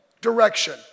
direction